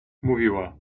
mówiła